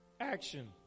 action